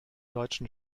deutschen